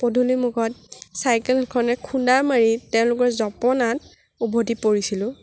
পদুলিমুখত চাইকেলখনে খুন্দা মাৰি তেওঁলোকৰ জপনাত উভতি পৰিছিলোঁ